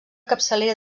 capçalera